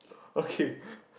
okay